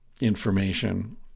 information